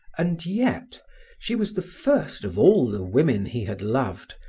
and yet she was the first of all the women he had loved,